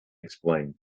explained